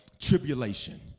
tribulation